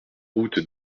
route